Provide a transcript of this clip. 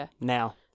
now